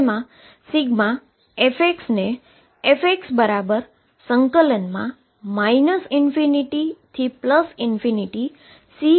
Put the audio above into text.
જેમાં ∑f ને fx ∞Cn દ્વારા પણ લખી શકાય છે